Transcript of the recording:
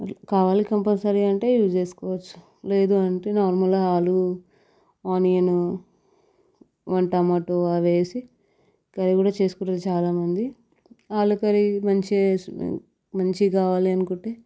కావాలి కంపల్సరీ అంటే యూజ్ చేసుకోవచ్చు లేదు అంటే నార్మల్గా ఆలు ఆనియను అండ్ టమాటో అవి వేసి అవి కూడా చేసుకుంటారు చాలా మంది ఆలు కర్రీ మంచిగా మంచిగా కావాలి అనుకుంటే